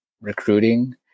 recruiting